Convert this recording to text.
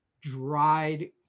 dried